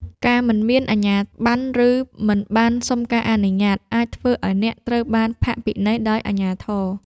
ការមិនមានអាជ្ញាប័ណ្ណ ឬមិនបានសុំការអនុញ្ញាត អាចធ្វើឱ្យអ្នកត្រូវបានផាកពិន័យដោយអាជ្ញាធរ។